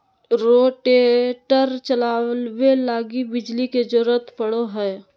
rotator चलावे लगी बिजली के जरूरत पड़ो हय